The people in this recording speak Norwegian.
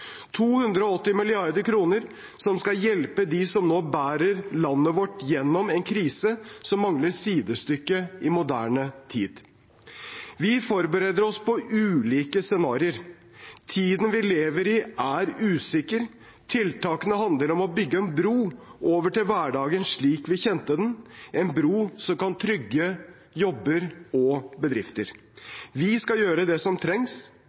280 mrd. kr som skal hjelpe dem som nå bærer landet vårt gjennom en krise som mangler sidestykke i moderne tid. Vi forbereder oss på ulike scenarioer. Tiden vi lever i, er usikker. Tiltakene handler om å bygge en bro over til hverdagen slik vi kjente den – en bro som kan trygge jobber og bedrifter. Vi skal gjøre det som trengs